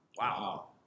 Wow